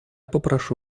попрошу